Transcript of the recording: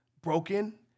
broken